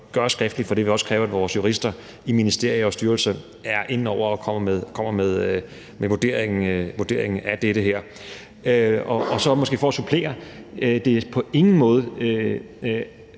gøre det skriftligt, for det vil også kræve, at vores jurister i ministerie og styrelse er inde over og kommer med vurderinger af det her. Og for at supplere: Det er på ingen måde